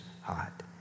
hot